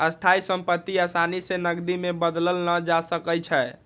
स्थाइ सम्पति असानी से नकदी में बदलल न जा सकइ छै